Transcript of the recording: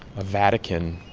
vatican,